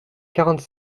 quarante